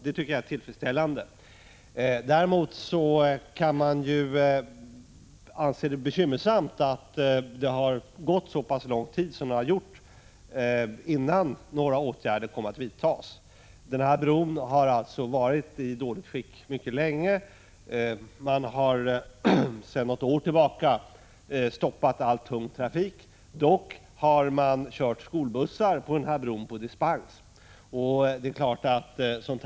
Det tycker jag är tillfredsställande. Däremot är det bekymmersamt att det har gått så lång tid innan man beslutade om att vidta några åtgärder. Denna bro har varit i dåligt skick mycket länge. Sedan något år tillbaka har ingen tung trafik fått köra över bron. Man har emellertid på dispens kört skolbussar över bron.